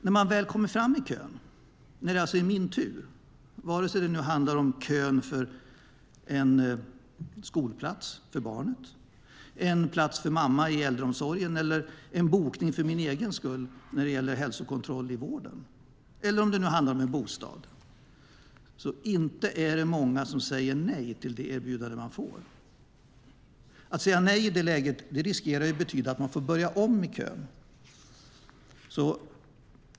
När man väl kommer fram i kön och det är ens tur, vare sig det handlar om kön för en skolplats för barnet, en plats för mamma i äldreomsorgen, en bokning för egen del för hälsokontroll i vården eller en bostad är det inte många som säger nej till det erbjudande de då får. Att säga nej i det läget riskerar betyda att man får börja om i kön.